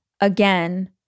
again